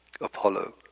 Apollo